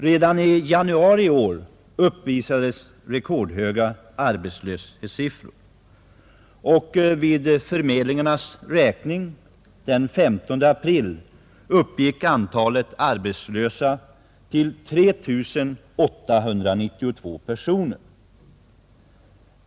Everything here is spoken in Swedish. Redan i januari i år uppvisades rekordhöga arbetslöshetssiffror och vid arbetsförmedlingarnas räkning den 15 april uppgick antalet arbetslösa till 3892 personer.